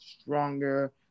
stronger